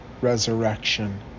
resurrection